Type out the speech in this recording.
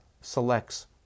selects